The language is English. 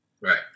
Right